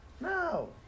no